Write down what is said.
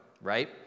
right